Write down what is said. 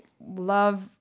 love